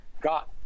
got